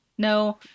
No